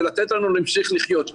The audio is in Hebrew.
ולתת לנו להמשיך לחיות.